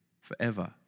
forever